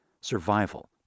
Survival